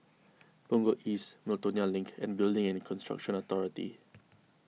Punggol East Miltonia Link and Building and Construction Authority